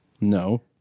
No